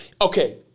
okay